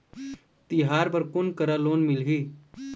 तिहार बर कोन करा लोन मिलही?